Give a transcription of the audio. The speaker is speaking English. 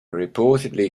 reportedly